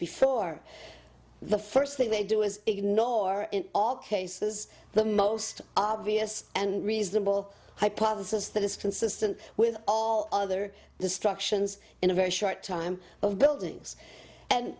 before the first thing they do is ignore in all cases the most obvious and reasonable hypothesis that is consistent with all other destructions in a very short time of buildings and